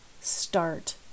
start